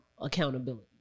accountability